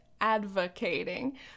advocating